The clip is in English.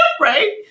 right